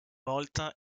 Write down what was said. volta